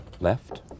left